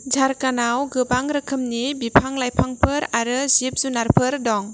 झारखन्डआव गोबां रोखोमनि बिफां लाइफांफोर आरो जिब जुनारफोर दं